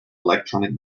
electronic